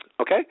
okay